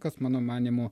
kas mano manymu